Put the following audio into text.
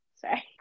Sorry